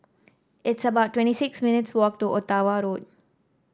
it's about twenty six minutes' walk to Ottawa Road